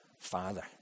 Father